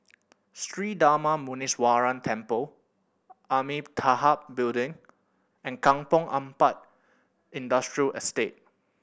Sri Darma Muneeswaran Temple Amitabha Building and Kampong Ampat Industrial Estate